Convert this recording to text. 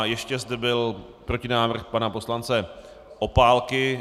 Ještě zde byl protinávrh pana poslance Opálky.